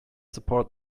support